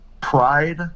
Pride